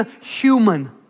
human